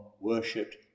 worshipped